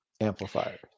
amplifiers